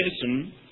Listen